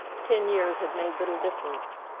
ten years had made little difference.